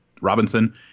robinson